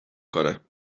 کنم